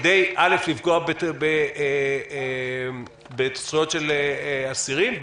כדי לפגוע בזכויות של אסירים,